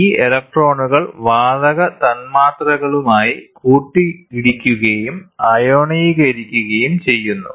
ഈ ഇലക്ട്രോണുകൾ വാതക തന്മാത്രകളുമായി കൂട്ടിയിടിക്കുകയും അയോണീകരിക്കുകയും ചെയ്യുന്നു